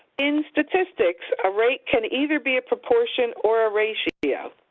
in statistics, a rate can either be a proportion or a ratio.